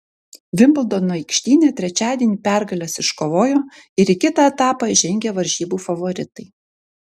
vimbldono aikštyne trečiadienį pergales iškovojo ir į kitą etapą žengė varžybų favoritai